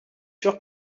sûr